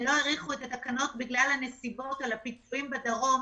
ולא האריכו את התקנות בגלל הנסיבות של הפיצויים בדרום.